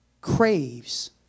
craves